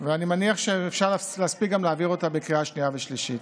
אני מניח שאפשר להספיק להעביר אותה גם בקריאה שנייה ושלישית.